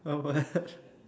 I want